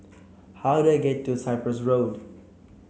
how do I get to Cyprus Road